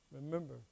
Remember